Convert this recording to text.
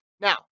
Now